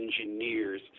engineers